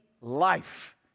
life